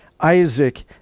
Isaac